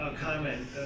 Comment